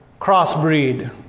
crossbreed